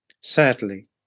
sadly